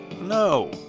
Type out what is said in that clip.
No